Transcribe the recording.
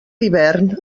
hivern